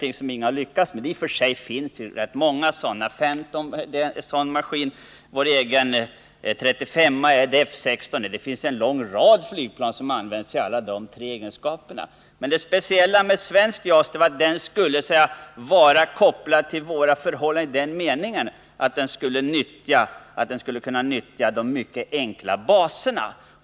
I och för sig finns det rätt många sådana plan. Phantom är en sådan maskin liksom vår egen J 35:a eller F 16. Det finns en rad flygplan som används i alla tre sammanhangen. Det speciella med det svenska JAS-flygplanet skulle emellertid vara att det blev kopplat till våra förhållanden i den meningen att det kunde använda de mycket enkla baserna.